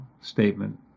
statement